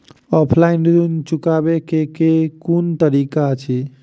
Offline ऋण चुकाबै केँ केँ कुन तरीका अछि?